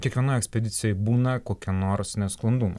kiekvienoj ekspedicijoj būna kokie nors nesklandumai